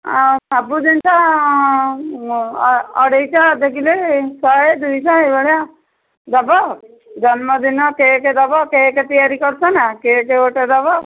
ଆଉ ସବୁ ଜିନିଷ ଅଢ଼େଇଶହ ଅଧ କିଲୋ ଶହେ ଦୁଇଶହ ଏଇଭଳିଆ ଦେବ ଜନ୍ମଦିନ କେକ ଦେବ କେକ୍ ତିଆରି କରୁଛ ନା କେକ ଗୋଟେ ଦେବ